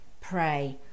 pray